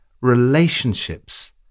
relationships